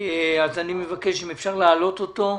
אז אני מבקש אם אפשר להעלות אותו,